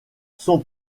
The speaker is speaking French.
son